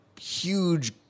huge